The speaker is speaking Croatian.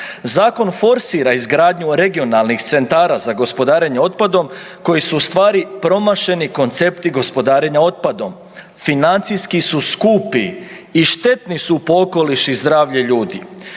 Zakon forsira izgradnju regionalnih centara za gospodarenje otpadom koji su ustvari promašeni koncepti gospodarenja otpadom. Financijski su skupi i štetni su po okoliš i zdravlje ljudi.